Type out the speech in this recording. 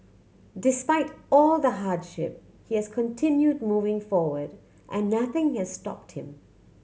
despite all the hardship he has continued moving forward and nothing has stopped him